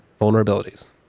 vulnerabilities